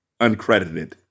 uncredited